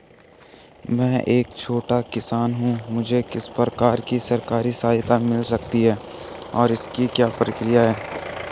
मैं एक छोटा किसान हूँ मुझे किस प्रकार की सरकारी सहायता मिल सकती है और इसकी क्या प्रक्रिया है?